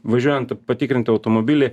važiuojant patikrinti automobilį